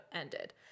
ended